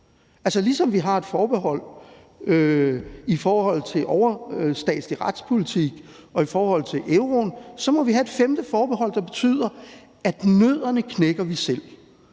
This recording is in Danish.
ligesom vi har et forbehold i forhold til overstatslig retspolitik og i forhold til euroen, så må vi have et femte forbehold, der betyder, at nødderne knækker vi selv.